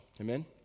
Amen